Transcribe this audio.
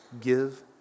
Give